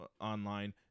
online